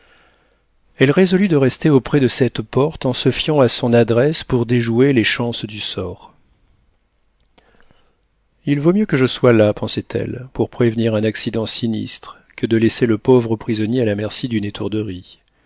elle résolut de rester auprès de cette porte en se fiant à son adresse pour déjouer les chances du sort il vaut mieux que je sois là pensait-elle pour prévenir un accident sinistre que de laisser le pauvre prisonnier à la merci d'une étourderie